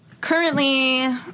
currently